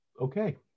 Okay